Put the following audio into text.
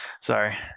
Sorry